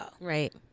Right